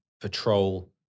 patrol